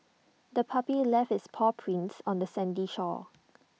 the puppy left its paw prints on the sandy shore